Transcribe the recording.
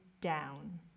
down